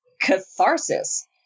catharsis